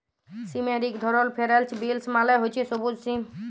সিমের ইক ধরল ফেরেল্চ বিলস মালে হছে সব্যুজ সিম